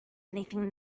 anything